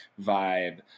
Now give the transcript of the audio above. vibe